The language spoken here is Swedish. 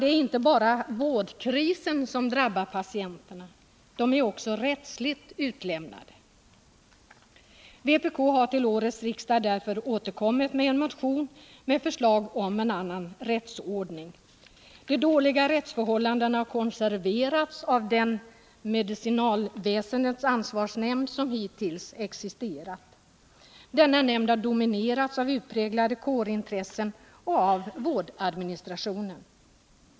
Det är inte bara vårdkrisen som drabbar patienterna, de är också rättsligt utlämnade. Vpk har därför till årets riksdag återkommit med en motion med förslag om en annan rättsordning. De dåliga rättsförhållandena har konserverats av den medicinalväsendets ansvarsnämnd som hittills har existerat. Denna nämnd har dominerats av utpräglade kårintressen och av vårdadministrationen.